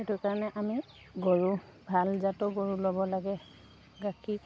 সেইটো কাৰণে আমি গৰু ভাল জাতৰো গৰু ল'ব লাগে গাখীৰ